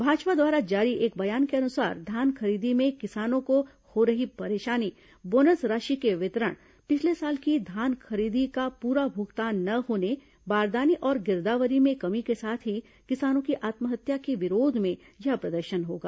भाजपा द्वारा जारी एक बयान के अनुसार धान खरीदी में किसानों को हो रही परेशानी बोनस राशि के वितरण पिछले साल के धान खरीदी का पूरा भुगतान न होने बारदाने और गिरदावरी में कमी के साथ ही किसानों की आत्महत्या के विरोध में यह प्रदर्शन होगा